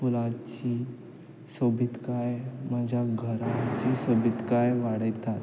ते फुलाची सोबीतकाय म्हज्या घराची सोबीतकाय वाडयतात